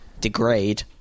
degrade